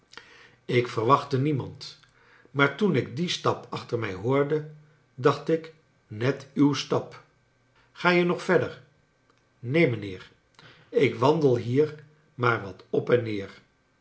ik verwacbtte niemand maartoen ik dien stap acbter mij hoorde dacbt ik net uw stap ga je nog verder neen mijnbeer ik wandel bier maar wat op en neer